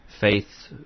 Faith